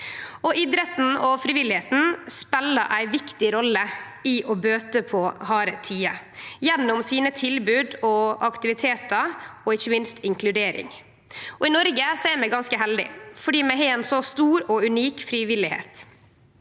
Idretten og frivilligheita speler ei viktig rolle i å bøte på harde tider gjennom sine tilbod og aktivitetar og ikkje minst inkludering. I Noreg er vi ganske heldige fordi vi har ein så stor og unik frivilligheit,